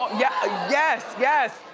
yeah yes, yes.